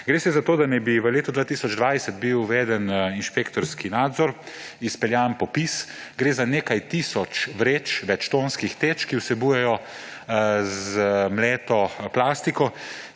Gre za to, da naj bi bil v letu 2020 uveden inšpektorski nadzor, izpeljan popis. Gre za nekaj tisoč vreč, večtonskih vreč, ki vsebujejo zmleto plastiko,